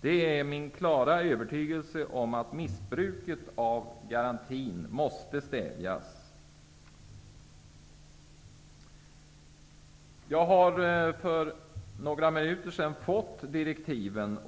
Det är min fasta övertygelse att missbruket av garantin måste stävjas. För några minuter sedan fick jag utredningens direktiv.